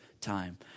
time